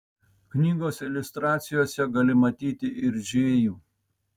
knygos iliustracijose gali matyti ir džėjų